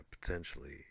potentially